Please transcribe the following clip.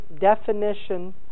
definition